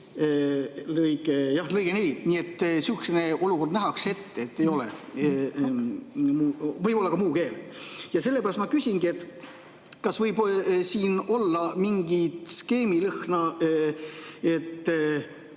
lõige 4, nii et selline olukord nähakse ette, et ei ole –, võib olla ka muu keel. Ja sellepärast ma küsingi. Kas võib siin olla mingi skeemi lõhna, et